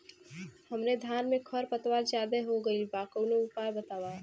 हमरे धान में खर पतवार ज्यादे हो गइल बा कवनो उपाय बतावा?